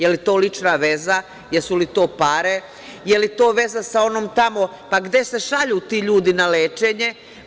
Je li to lična veza, jesu li to pare, je li to veza sa onom tamo, pa gde se šalju ti ljudi na lečenje?